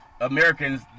Americans